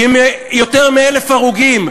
מאיפה, עם יותר מ-1,000 הרוגים.